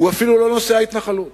הוא אפילו לא נושא ההתנחלות.